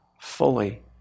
fully